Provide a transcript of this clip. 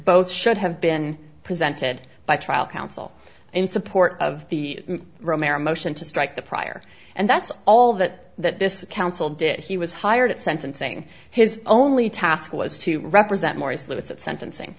both should have been presented by trial counsel in support of the romero motion to strike the prior and that's all that that this council did he was hired at sentencing his only task was to represent morris look at sentencing